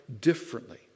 differently